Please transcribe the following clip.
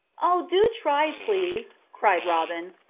oh, do try, please, cried robin.